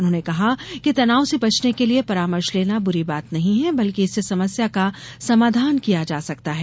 उन्होंने कहा कि तनाव से बचने के लिए परामर्श लेना बुरी बात नहीं है बल्कि इससे समस्या का समाधान किया जा सकता है